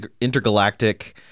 intergalactic